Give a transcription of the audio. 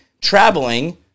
traveling